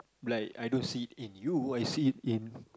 like I don't see it in you I see it in